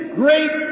great